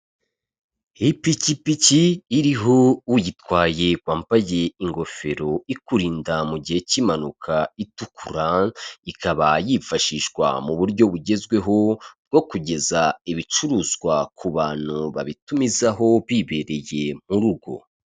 Ipikipiki iriho uyitwaye wambaye ingofero ikurinda mu gihe cy'impanuka itukura ikaba yifashishwa muburyo bugezweho bwo kugeza ibicuruzwa ku bantu babitumizaho bibereye mu rugo.